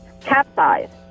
capsized